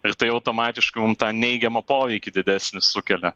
ir tai automatiškai mum tą neigiamą poveikį didesnį sukelia